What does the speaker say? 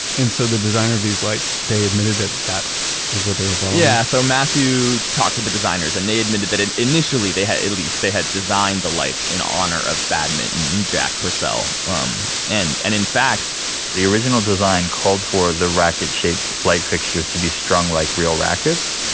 and so the designer designer of these lights, they admitted that that is what they were following? yeah, so matthew talked with the designers and they admitted that initially, they had, at least, they had designed the lights in honor of badminton jack purcell. um and and in fact the original design called for the racket-shaped light fixtures to be strung like real rackets,